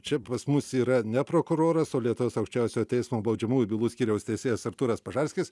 čia pas mus yra ne prokuroras o lietuvos aukščiausiojo teismo baudžiamųjų bylų skyriaus teisėjas artūras pažarskis